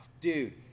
dude